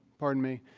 pardon me.